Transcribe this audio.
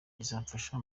izamfasha